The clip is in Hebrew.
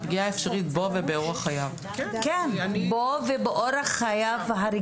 הפגיעה האפשרית בו ובאורח חייו.